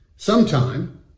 Sometime